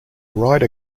ryder